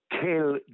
kill